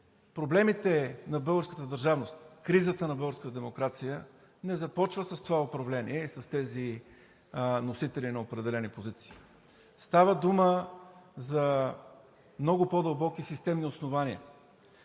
проблемите на българската държавност, кризата на българската демокрация не започва с това управление и с тези носители на определени позиции. Става дума за много по-дълбоки системни основания.